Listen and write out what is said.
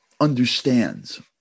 understands